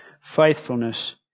faithfulness